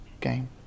game